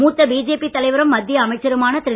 மூத்த பிஜேபி தலைவரும் மத்திய அமைச்சருமான திரு